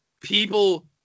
people